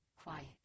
quiet